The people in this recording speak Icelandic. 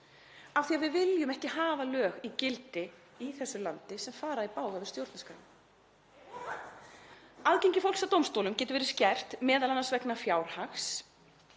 af því að við viljum ekki hafa lög í gildi í þessu landi sem fara í bága við stjórnarskrá. Aðgengi fólks að dómstólum getur verið skert, m.a. vegna fjárhags